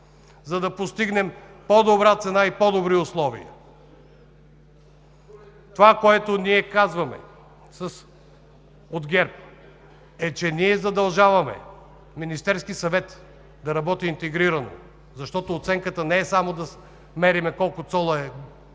за да постигнем по-добра цена и по-добри условия“. Това, което от ГЕРБ казваме, е, че ние задължаваме Министерския съвет да работи интегрирано, защото оценката не е само да мерим колко цола е гумата